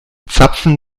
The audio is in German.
zapfen